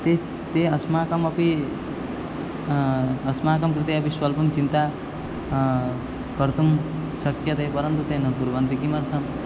ते ते अस्माकमपि अस्माकं कृते अपि स्वल्पं चिन्ता कर्तुं शक्यते परन्तु ते न कुर्वन्ति किमर्थं